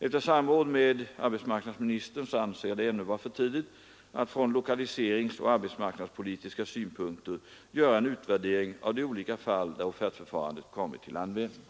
Efter samråd med arbetsmarknadsministern anser jag det ännu vara för tidigt att från lokaliseringsoch arbetsmarknadspolitiska synpunkter göra en utvärdering av de olika fall där offertförfarandet kommit till användning.